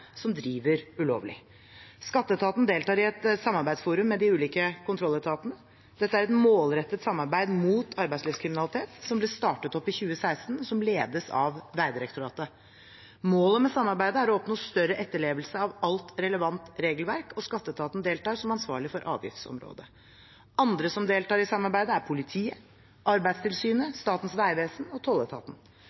som driver ulovlig. Skatteetaten deltar i et samarbeidsforum med de ulike kontrolletatene. Dette er et målrettet samarbeid mot arbeidslivkriminalitet som ble startet opp i 2016, og som ledes av Vegdirektoratet. Målet med samarbeidet er å oppnå større etterlevelse av alt relevant regelverk, og skatteetaten deltar som ansvarlig for avgiftsområdet. Andre som deltar i samarbeidet, er politiet, Arbeidstilsynet, Statens vegvesen og tolletaten.